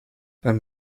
beim